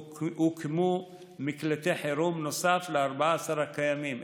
הוקמו מקלטי חירום נוסף ל-14 הקיימים.